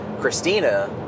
Christina